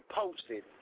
posted